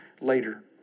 later